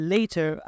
Later